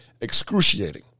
excruciating